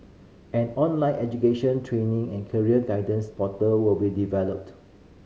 an online education training and career guidance portal will be developed